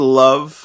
love